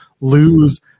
lose